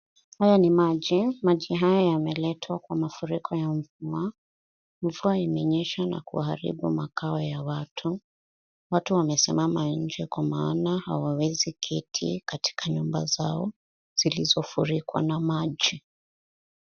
Haya ni maji, maji haya yameletwa kwa mafuriko ya mvua. Mvua imenyesha na kuharibu makao ya watu. Watu wamesimama nje kwa maana hawawezi keti katika nyumba zao zilizofurika na maji.